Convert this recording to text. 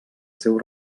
seu